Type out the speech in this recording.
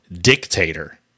dictator